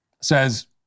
says